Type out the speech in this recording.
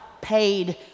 paid